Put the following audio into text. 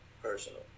Personal